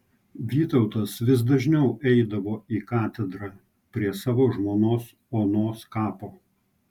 vytautas vis dažniau eidavo į katedrą prie savo žmonos onos kapo